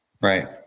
Right